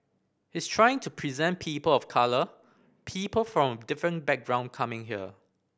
he's trying to present people of colour people from a different background coming here